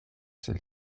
celle